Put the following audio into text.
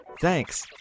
Thanks